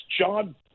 john